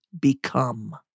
become